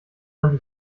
man